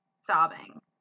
sobbing